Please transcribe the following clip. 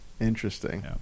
interesting